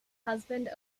husband